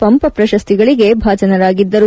ಪಂಪ ಪ್ರಶಸ್ತಿಗಳಿಗೆ ಭಾಜನರಾಗಿದ್ದಾರೆ